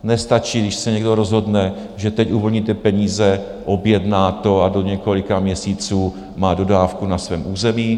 Nestačí, když se někdo rozhodne, že teď uvolníte peníze, objedná to a do několika měsíců má dodávku na svém území.